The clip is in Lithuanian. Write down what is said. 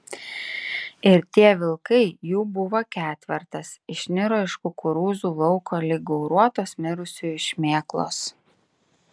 ir tie vilkai jų buvo ketvertas išniro iš kukurūzų lauko lyg gauruotos mirusiųjų šmėklos